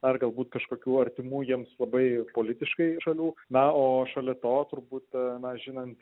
ar galbūt kažkokių artimų jiems labai politiškai šalių na o šalia to turbūt na žinant